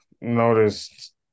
noticed